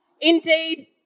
Indeed